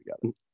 together